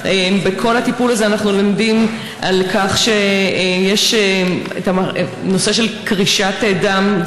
תוך כדי הטיפול הזה אנחנו לומדים שיש נושא של קרישת דם,